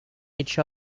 each